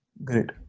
Great